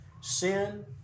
Sin